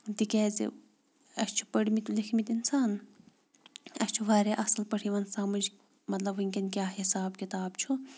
تِکیٛازِ اَسہِ چھِ پٔرۍ مٕتۍ لیکھمٕتۍ اِنسان اَسہِ چھُ واریاہ اَصٕل پٲٹھۍ یِوان سمٕج مطلب وٕنۍکٮ۪ن کیٛاہ حِساب کِتاب چھُ